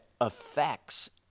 affects